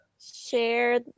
share